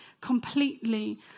completely